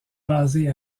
basée